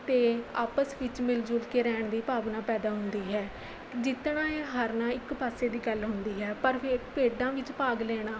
ਅਤੇ ਆਪਸ ਵਿੱਚ ਮਿਲ ਜੁਲ ਕੇ ਰਹਿਣ ਦੀ ਭਾਵਨਾ ਪੈਦਾ ਹੁੰਦੀ ਹੈ ਜਿੱਤਣਾ ਜਾਂ ਹਾਰਨਾ ਇੱਕ ਪਾਸੇ ਦੀ ਗੱਲ ਹੁੰਦੀ ਹੈ ਪਰ ਫਿਰ ਖੇਡਾਂ ਵਿੱਚ ਭਾਗ ਲੈਣਾ